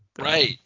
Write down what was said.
right